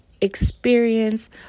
experience